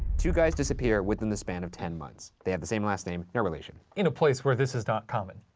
two guys disappear within the span of ten months. they have the same last name no relation. in a place where this is not common.